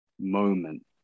moment